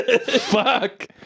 Fuck